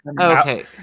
okay